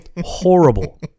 Horrible